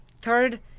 Third